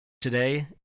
today